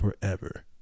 forever